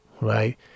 right